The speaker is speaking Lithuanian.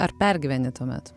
ar pergyveni tuomet